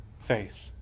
faith